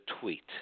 tweet